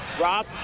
Rob